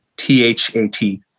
T-H-A-T